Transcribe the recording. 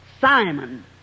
Simon